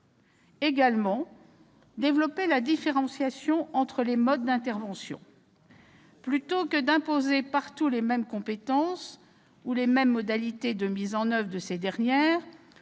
également développer la différenciation entre les modes d'intervention. Plutôt que d'imposer partout les mêmes compétences ou modalités de mise en oeuvre de ces dernières,